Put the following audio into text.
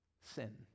sin